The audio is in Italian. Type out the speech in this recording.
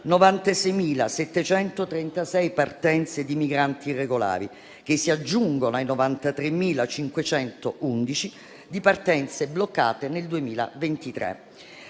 96.736 partenze di migranti irregolari, che si aggiungono alle 93.511 partenze bloccate nel 2023.